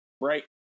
right